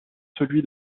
celui